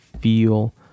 feel